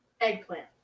Eggplant